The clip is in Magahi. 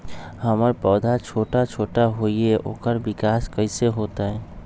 हमर पौधा छोटा छोटा होईया ओकर विकास कईसे होतई?